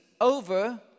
over